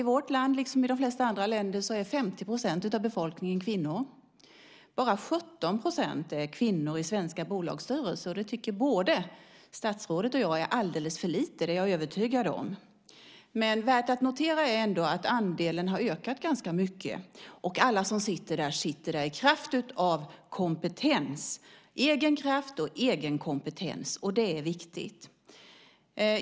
I vårt land, liksom i de flesta andra länder, är 50 % av befolkningen kvinnor, men i svenska bolagsstyrelser är endast 17 % kvinnor. Det tycker jag är alldeles för lite, och jag är övertygad om att statsrådet också tycker det. Värt att notera är ändå att andelen har ökat ganska mycket. Alla som sitter där sitter där på grund av egen kraft och egen kompetens. Det är viktigt.